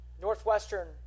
Northwestern